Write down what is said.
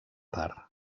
part